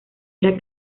era